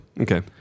Okay